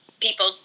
people